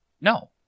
No